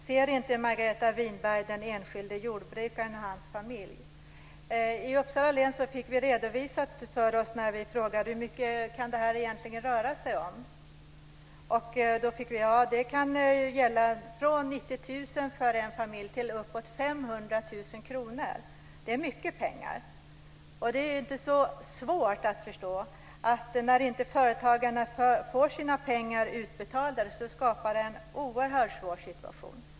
Ser inte Margareta Winberg den enskilde jordbrukaren och hans familj? Vi frågade Uppsala län hur mycket det kunde röra sig om. Då fick vi redovisat för oss att det kunde gälla från 90 000 kr till 500 000 kr för en familj. Det är mycket pengar. Det är inte så svårt att förstå att när företagarna inte får sina pengar utbetalda skapas en oerhört svår situation.